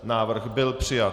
Návrh byl přijat.